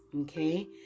Okay